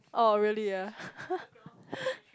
oh really ah